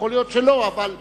יכול להיות שלא, אבל הכנסת,